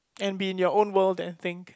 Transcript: and be in your own world then think